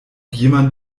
jemand